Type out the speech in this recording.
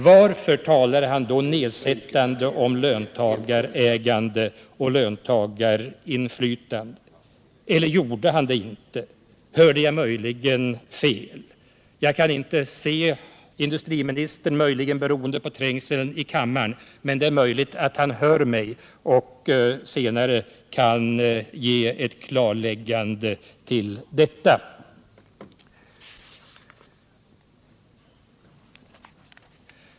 Varför talar han då nedsättande om löntagarägande och löntagarinflytande? Eller gjorde han det inte? Hörde jag möjligen fel? Jag kan inte nu se industriministern, kanske beroende på ”trängseln” i kammaren, men det är möjligt att han hör mig och senare kan göra ett klarläggande.